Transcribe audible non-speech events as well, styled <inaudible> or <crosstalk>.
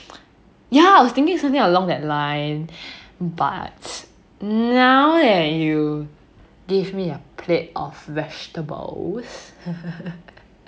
<noise> ya I was thinking something along that line but <noise> now that you give me a plate of vegetables <laughs>